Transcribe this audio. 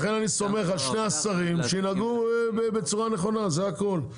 לכן אני סומך על שני השרים שינהגו בצורה נכונה זה הכל.